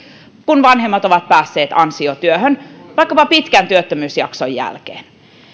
kun vanhemmat ovat päässeet ansiotyöhön vaikkapa pitkän työttömyysjakson jälkeen